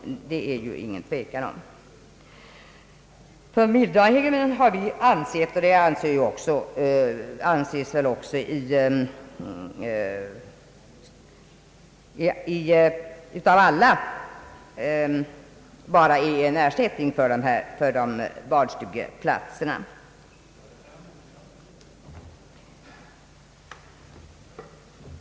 Det råder ingen tvekan om detta. Familjedag hemmen anses av alla endast vara ett komplement till barnstugeplatserna.